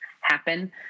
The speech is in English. happen